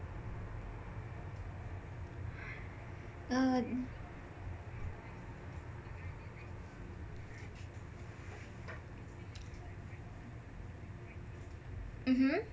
uh mm